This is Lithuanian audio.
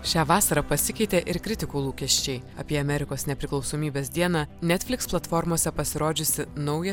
šią vasarą pasikeitė ir kritikų lūkesčiai apie amerikos nepriklausomybės dieną netfliks platformose pasirodžiusį naują